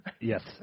Yes